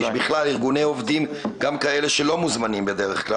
כן, צוהריים טובים.